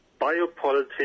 biopolitics